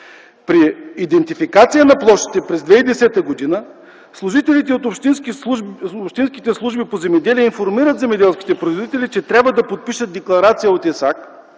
При идентификация на площите през 2010 г. служителите от общинските служби по земеделие информират земеделските производители, че трябва да подпишат декларация от ИСАК,